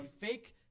fake